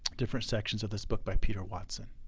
different sections of this book by peter watson.